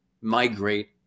migrate